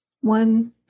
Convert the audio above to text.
one